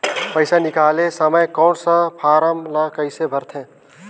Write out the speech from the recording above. पइसा निकाले समय कौन सा फारम ला कइसे भरते?